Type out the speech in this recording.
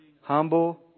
Humble